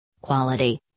Quality